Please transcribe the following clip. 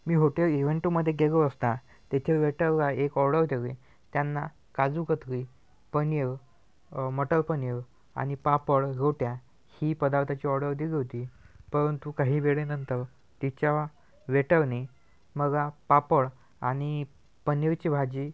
मी hotel इव्हेंटमध्ये गेलो असता तिथे वेटरला एक ऑर्डर देली त्यांना काजू कतली पनीर मटर पनीर आणि पापड रोट्या ही पदार्थाची ऑर्डर दिली होती परंतु काही वेळेनंतर तिच्या वेटरने मला पापड आणि पनीरची भाजी